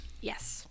Yes